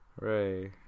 Ray